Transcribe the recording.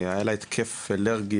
היה לה התקף אלרגיה,